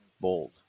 bold